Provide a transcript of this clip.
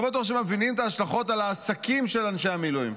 לא בטוח שהם מבינים את ההשלכות על העסקים של אנשי המילואים.